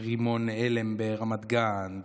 רימון הלם ברמת גן,